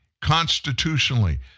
constitutionally